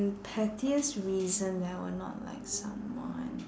pettiest reason that I will not like someone